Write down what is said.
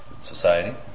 society